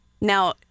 Now